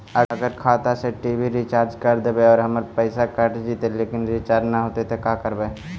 अगर खाता से टी.वी रिचार्ज कर देबै और हमर पैसा कट जितै लेकिन रिचार्ज न होतै तब का करबइ?